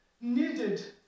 needed